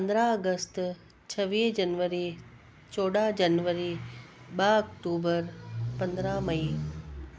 पंद्रहं अगस्त छवीह जनवरी चोॾहं जनवरी ॿ अक्टूबर पंद्रहं मई